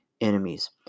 Enemies